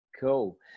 Cool